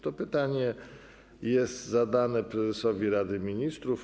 To pytanie jest zadane prezesowi Rady Ministrów.